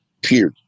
Period